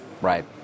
Right